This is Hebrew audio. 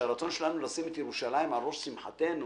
והרצון שלנו לשים את ירושלים על ראש שמחתנו,